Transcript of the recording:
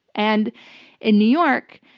and in new york,